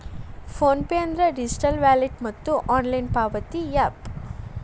phone pay ಅಂದ್ರ digital wallet ಮತ್ತ online ಪಾವತಿ ಯಾಪ್